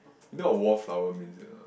you know what a wallflower means or not